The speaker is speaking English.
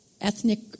ethnic